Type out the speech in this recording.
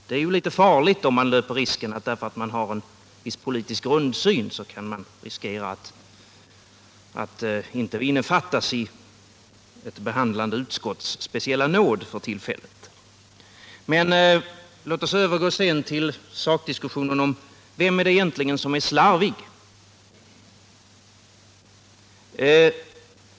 Det är litet farligt om man därför att man har en speciell politisk grundsyn riskerar att inte innefattas i ett behandlande utskotts speciella nåd för tillfället. Låt oss övergå till en sakdiskussion om vem det egentligen är som är slarvig.